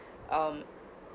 um